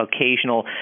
occasional